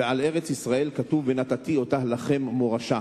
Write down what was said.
ועל ארץ-ישראל כתוב: "ונתתי אותה לכם מורשה".